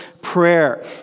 prayer